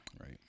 Right